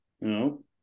No